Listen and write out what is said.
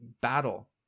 battle